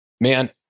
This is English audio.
Man